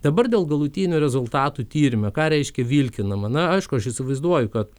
dabar dėl galutinių rezultatų tyrime ką reiškia vilkinama na aišku aš įsivaizduoju kad